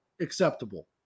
acceptable